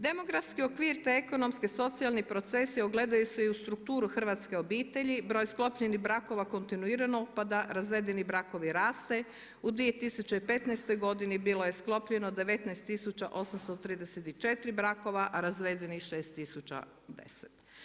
Demografski okvir te ekonomske i socijalne procese ogledaju se i u strukturu hrvatske obitelji, broj sklopljenih brakova kontinuirano opada, razvedeni brakovi rastu, u 2015. godini bilo je sklopljeno 19834 brakova, a razvedenih 6010.